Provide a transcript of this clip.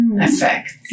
Effect